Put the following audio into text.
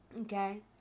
Okay